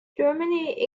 germany